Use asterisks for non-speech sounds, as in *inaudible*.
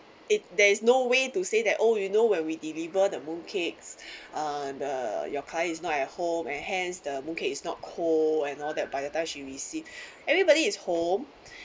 if there is no way to say that oh you know when we deliver the mooncakes *breath* and the your client is not at home and hence the mooncake is not cold and all that by the time she receive *breath* everybody is home *breath*